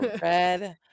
red